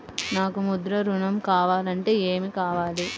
నాకు ముద్ర ఋణం కావాలంటే ఏమి కావాలి?